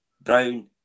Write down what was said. Brown